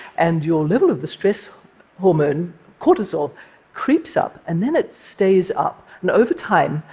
and your level of the stress hormone cortisol creeps up, and then it stays up, and over time,